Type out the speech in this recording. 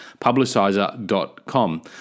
publicizer.com